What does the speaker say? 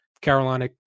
Carolina